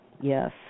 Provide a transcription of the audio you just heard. Yes